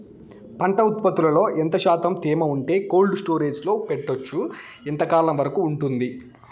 పంట ఉత్పత్తులలో ఎంత శాతం తేమ ఉంటే కోల్డ్ స్టోరేజ్ లో పెట్టొచ్చు? ఎంతకాలం వరకు ఉంటుంది